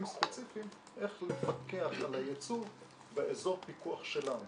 ספציפיים איך לפקח על הייצוא באזור פיקוח שלנו.